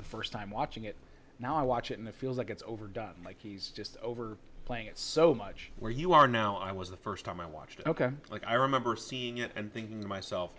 the first time watching it now i watch it in the feels like it's overdone like he's just over playing it's so much where you are now i was the first time i watched it ok like i remember seeing it and thinking to myself